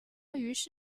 于是